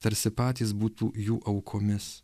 tarsi patys būtų jų aukomis